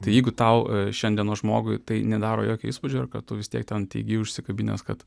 tai jeigu tau šiandienos žmogui tai nedaro jokio įspūdžio kad tu vis tiek ten teigi užsikabinęs kad